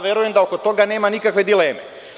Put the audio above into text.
Verujem da oko toga nema nikakve dileme.